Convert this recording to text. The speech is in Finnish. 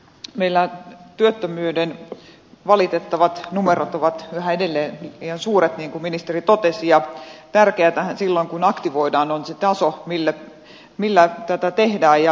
meillä työttömyyden valitettavat numerot ovat yhä edelleen liian suuret niin kuin ministeri totesi ja tärkeätähän silloin kun aktivoidaan on se taso millä tätä tehdään